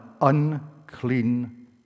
unclean